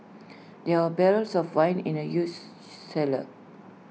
there are barrels of wine in the use cellar